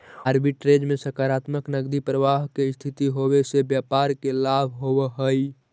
arbitrage में सकारात्मक नकदी प्रवाह के स्थिति होवे से व्यापार में लाभ होवऽ हई